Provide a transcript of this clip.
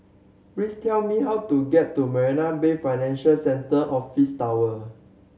please tell me how to get to Marina Bay Financial Centre Office Tower